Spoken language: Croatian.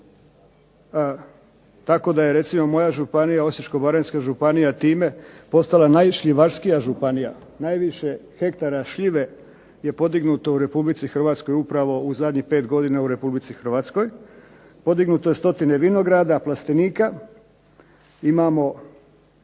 tako da je recimo moja županija Osječko-baranjska županija time postala najšljivarskija županija. Najviše hektara šljive je podignuto u Republici Hrvatskoj upravo u zadnjih pet godina u Republici Hrvatskoj. Podignuto je stotine vinograda, plastenika. Imamo